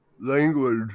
language